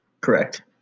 Correct